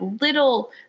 little